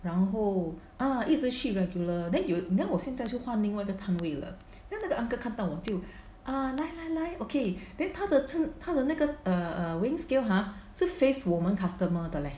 然后 ah 一直去 regular then 有 then 我现在就换另外一个摊位了 then the uncle 看到我就 ah 来来来 okay then 他的他的那个 err err weighing scale ha 是 faced 我们 customer 的 leh